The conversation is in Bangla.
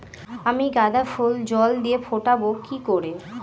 আমি গাঁদা ফুল জলদি ফোটাবো কি করে?